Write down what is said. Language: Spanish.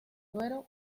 duero